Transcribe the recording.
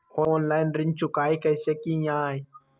Online ऋण चुकाई कईसे की ञाई?